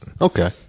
Okay